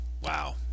wow